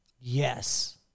Yes